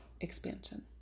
expansion